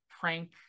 prank